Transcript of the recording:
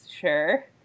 sure